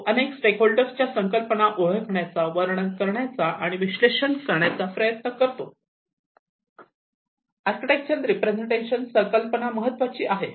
जो अनेक stakeholders च्या संकल्पना ओळखण्याचा वर्णन करण्याचा आणि विश्लेषण करण्याचा प्रयत्न करतो आर्किटेक्चरल रिप्रेझेंटेशन संकल्पना महत्त्वाची आहे